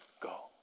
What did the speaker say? go